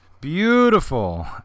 Beautiful